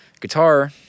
guitar